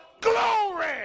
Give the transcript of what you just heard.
glory